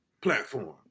platform